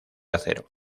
acero